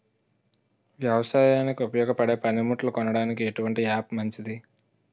వ్యవసాయానికి ఉపయోగపడే పనిముట్లు కొనడానికి ఎటువంటి యాప్ మంచిది?